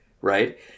right